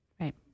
Right